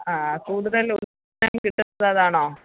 ആ കൂടുതൽ ഉത്പാദനം കിട്ടുന്നതതാണോ